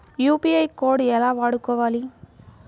UPI code ఎలా వాడుకోవాలి?